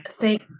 Thank